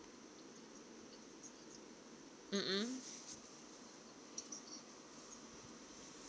mmhmm